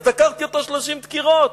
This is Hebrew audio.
אז דקרתי אותו 30 דקירות.